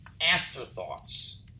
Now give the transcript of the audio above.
afterthoughts